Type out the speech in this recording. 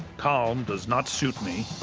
calm does not suit me.